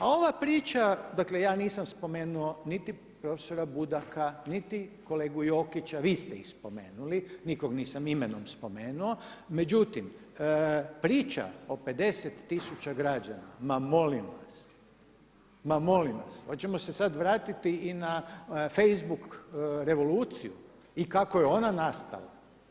A ova priča, dakle ja nisam spomenuo niti profesora Budaka, niti kolegu Jokića vi ste ih spomenuli, nikog nisam imenom spomenu, međutim priča o 50 tisuća građana ma molim vas, ma molim vas oćemo se sad vratiti i na facebook revoluciju i kako je ona nastala?